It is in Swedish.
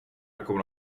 kommer